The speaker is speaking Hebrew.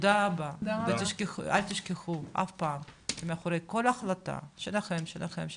אל תשכחו אף פעם שמאחורי כל החלטה שלכם יש